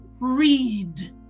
READ